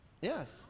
Yes